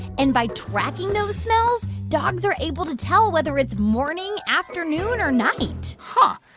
and by tracking those smells, dogs are able to tell whether it's morning, afternoon or night huh.